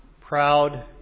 proud